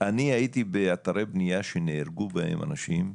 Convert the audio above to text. אני הייתי באתרי בנייה שנהרגו בהם אנשים,